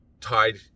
tied